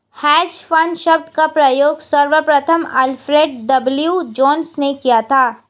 hedge fund शब्द का प्रयोग सर्वप्रथम अल्फ्रेड डब्ल्यू जोंस ने किया था